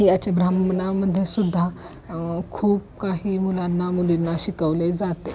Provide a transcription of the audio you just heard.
ही याच्या ब्राह्मणामध्येसुद्धा खूप काही मुलांना मुलींना शिकवले जाते